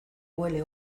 huele